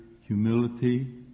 humility